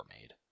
made